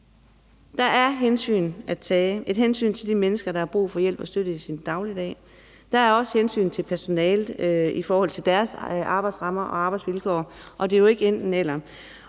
– et hensyn til de mennesker, der har brug for hjælp og støtte i deres dagligdag, og der er også hensyn til personalet i forhold til deres arbejdsrammer og arbejdsvilkår, og det er jo ikke enten-eller.